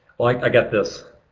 like i've got this.